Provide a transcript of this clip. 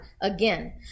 again